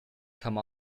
come